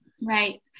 Right